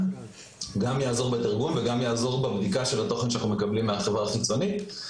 גם יעזור בתרגום וגם יעזור בבדיקת התוכן שאנחנו מקבלים מהחברה החיצונית.